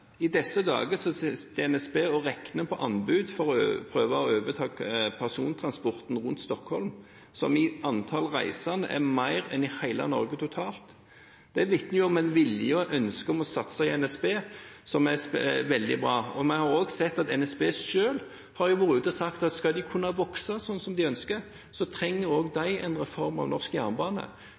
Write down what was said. I disse dager sitter NSB og regner på anbud for å prøve å overta persontransporten rundt Stockholm, der antall reisende er flere enn i hele Norge totalt. Det vitner om en vilje og et ønske om å satse i NSB som er veldig bra. Vi har også sett at NSB selv har vært ute og sagt at skal de kunne vokse slik som de ønsker, trenger også de en reform av norsk jernbane.